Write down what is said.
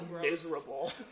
miserable